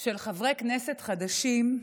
של חברי כנסת חדשים,